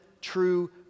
true